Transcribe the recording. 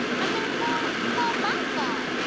i'm gonna tell her it's all my fault.